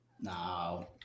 No